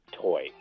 toy